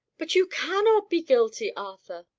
but you cannot be guilty, arthur.